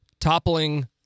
toppling